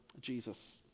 Jesus